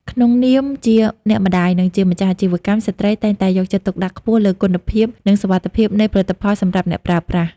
ក្នុងនាមជាអ្នកម្តាយ និងជាម្ចាស់អាជីវកម្ម ស្ត្រីតែងតែយកចិត្តទុកដាក់ខ្ពស់លើគុណភាព និងសុវត្ថិភាពនៃផលិតផលសម្រាប់អ្នកប្រើប្រាស់។